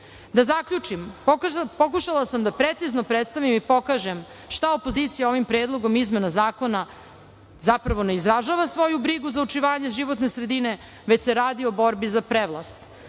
zaključim, pokušala sam da precizno predstavim i pokažem šta opozicija ovim predlogom izmena zakona zapravo ne izražava svoju brigu za očuvanje životne sredine, već se radi o borbi za prevlast